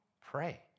pray